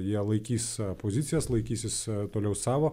jie laikys pozicijas laikysis toliau savo